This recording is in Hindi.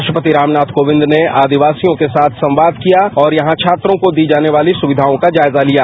राष्ट्रपति रामनाथ कोविंद ने आदिवासियों के साथ संवाद किया और यहां छात्रों को दी जाने वाली सुक्घाओं का जायजा लिया